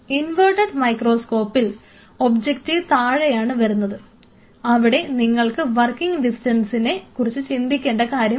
inverted മൈക്രോസ്കോപ്പിൽ objective താഴെയാണ് വരുന്നത് അവിടെ നിങ്ങൾക്ക് വർക്കിംഗ് ഡിസ്റ്റൻസിനെ കുറിച്ച് ചിന്തിക്കേണ്ട കാര്യമില്ല